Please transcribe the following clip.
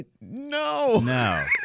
No